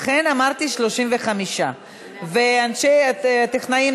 ולכן אמרתי: 35. הטכנאים,